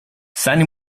seine